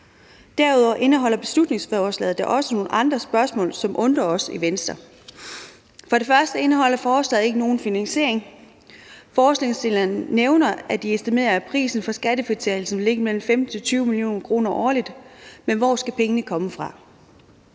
Derudover indeholder beslutningsforslaget også nogle andre spørgsmål, som undrer os i Venstre. For det første indeholder forslaget ikke nogen finansiering. Forslagsstillerne nævner, at de estimerer, at prisen for skattefritagelse vil ligge på mellem 15 og 20 mio. kr. årligt. Men hvor skal pengene komme fra?